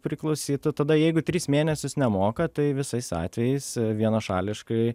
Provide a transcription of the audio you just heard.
priklausytų tada jeigu tris mėnesius nemoka tai visais atvejais vienašališkai